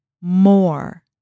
more